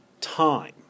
time